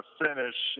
finish